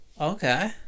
Okay